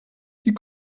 die